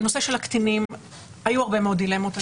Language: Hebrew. בנושא של הקטינים היו הרבה מאוד דילמות.